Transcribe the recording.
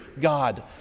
God